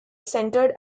centered